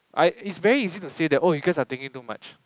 I it's very easy to say that oh you guys are thinking too much